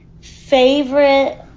Favorite